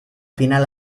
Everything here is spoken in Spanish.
final